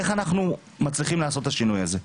איך אנחנו מצליחים לעשות את השינוי הזה.